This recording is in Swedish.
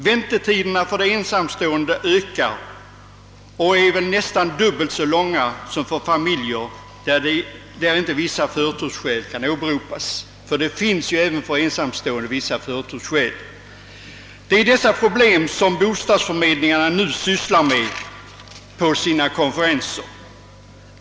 Väntetiderna för de ensamstående ökar och är väl nästan dubbelt så långa som för familjerna, därest inte förtursskäl kan åberopas. Det finns nämligen även för ensamstående vissa sådana skäl. Det är dessa problem som bostadsförmedlingarna bl.a. sysslar med på sina konferenser.